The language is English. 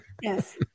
Yes